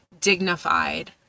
dignified